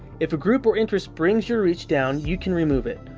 if a group or interest brings your reach down, you can remove it.